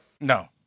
No